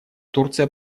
турция